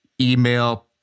email